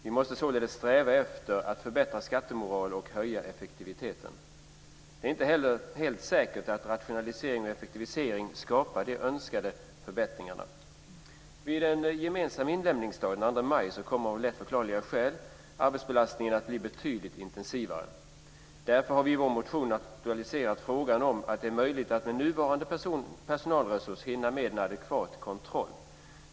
Vi måste således sträva efter att förbättra skattemoralen och höja effektiviteten. Det är inte helt säkert att rationalisering och effektivisering skapar de önskade förbättringarna. Vid en gemensam inlämningsdag, den 2 maj, kommer av lätt förklarliga skäl arbetsbelastningen att bli betydligt intensivare. Därför har vi i vår motion aktualiserat frågan om det är möjligt att med nuvarande personalresurs hinna med en adekvat kontroll.